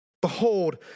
Behold